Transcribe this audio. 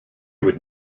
would